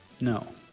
No